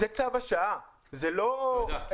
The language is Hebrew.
זה צו השעה, זו לא המלצה.